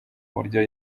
buryo